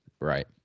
Right